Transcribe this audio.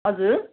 हजुर